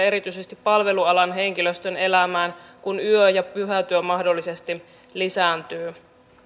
erityisesti palvelualan henkilöstön elämään kun yö ja pyhätyö mahdollisesti lisääntyy